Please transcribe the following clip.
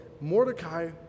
mordecai